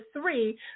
three